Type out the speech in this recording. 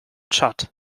tschad